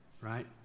Right